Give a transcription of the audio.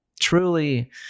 truly